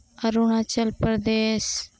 Arunachal Pradesh